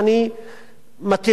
על היושרה לפחות.